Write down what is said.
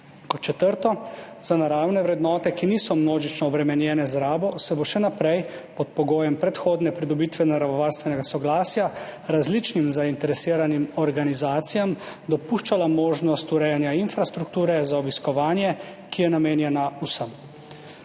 Kot četrto. Za naravne vrednote, ki niso množično obremenjene z rabo, se bo še naprej pod pogojem predhodne pridobitve naravovarstvenega soglasja različnim zainteresiranim organizacijam dopuščala možnost urejanja infrastrukture za obiskovanje, ki je namenjena vsem.